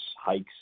hikes